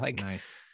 Nice